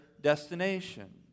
destination